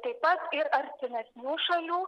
taip pat ir artimesnių šalių